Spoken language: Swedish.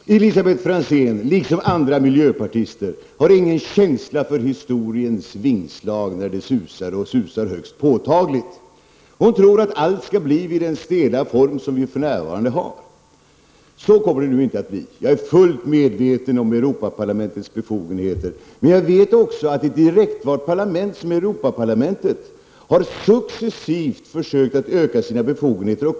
Herr talman! Elisabet Franzén liksom alla andra miljöpartister har ingen känsla för historiens vingslag när det susar och susar högst påtagligt. Hon tror att allt skall bli vid den stela form som vi för närvarande har. Så kommer det nu inte att bli. Jag är fullt medveten om Europaparlamentets befogenheter, men jag vet också att ett direktvalt parlament som Europaparlamentet successivt har försökt öka sina befogenheter.